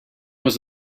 was